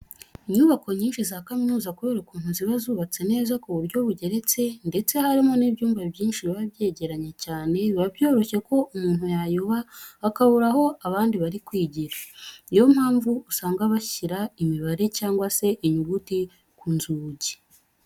Inyubako nyinshi za kaminuza kubera ukuntu ziba zubatse neza ku buryo bugeretse ndetse harimo n'ibyumba byinshi biba byegeranye cyane, biba byoroshye ko umuntu yayoba akabura aho abandi bari kwigira. Ni yo mpamvu usanga bashyira imibare cyangwa se inyuguti ku nzugi.